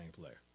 player